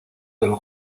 del